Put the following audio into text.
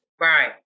Right